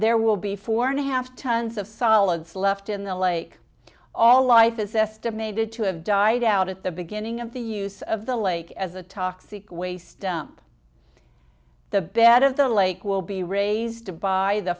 there will be four and a half tons of solids left in the lake all life is estimated to have died out at the beginning of the use of the lake as a toxic waste dump the bed of the lake will be raised by the